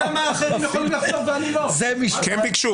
אפילו את יוראי החזרת.